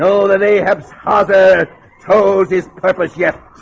so that ahab's father told his purpose yet